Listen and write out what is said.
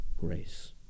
grace